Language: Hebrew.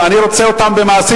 אני רוצה לראות אותם במעשים,